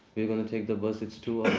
we're gonna take the bus, it's two